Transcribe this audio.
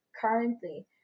currently